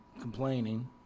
complaining